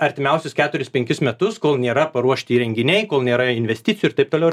artimiausius keturis penkis metus kol nėra paruošti įrenginiai kol nėra investicijų ir taip toliau